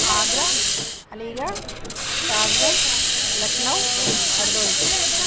Agra Aligarh Kasganj Lucknow Hardoi